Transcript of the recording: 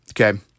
okay